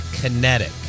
Kinetic